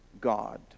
God